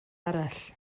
arall